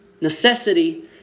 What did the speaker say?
necessity